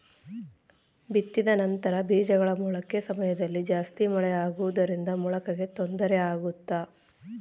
ಬಿತ್ತಿದ ನಂತರ ಬೇಜಗಳ ಮೊಳಕೆ ಸಮಯದಲ್ಲಿ ಜಾಸ್ತಿ ಮಳೆ ಆಗುವುದರಿಂದ ಮೊಳಕೆಗೆ ತೊಂದರೆ ಆಗುತ್ತಾ?